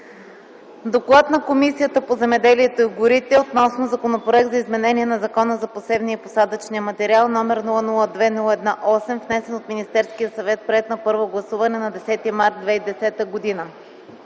„Доклад на Комисията по земеделието и горите относно Законопроект за изменение на Закона за посевния и посадъчния материал, № 002-01-8, внесен от Министерския съвет, приет на първо гласуване на 10 март 2010 г.